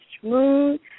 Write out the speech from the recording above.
smooth